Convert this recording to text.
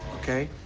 okay?